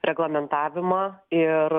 reglamentavimą ir